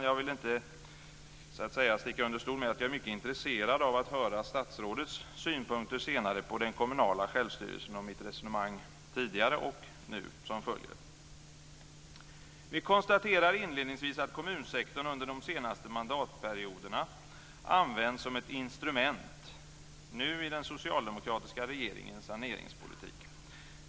Jag vill inte sticka under stol med, fru talman, att jag är mycket intresserad av att senare höra statsrådets synpunkter på den kommunala självstyrelsen, mitt tidigare resonemang och det som nu följer. Vi konstaterar inledningsvis att kommunsektorn under de senaste mandatperioderna använts som ett instrument, nu i den socialdemokratiska regeringens saneringspolitik.